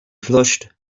flushed